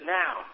now